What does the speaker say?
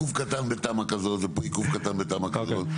עיכוב קטן בין תמ"א כזאת ועוד עיכוב בתמ"א כזאת,